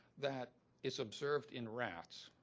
that is observed in rats.